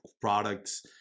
products